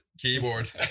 keyboard